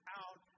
out